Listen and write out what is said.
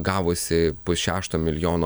gavusi pusšešto milijono